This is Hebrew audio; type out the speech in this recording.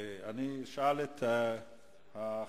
ועדה בין-לאומית.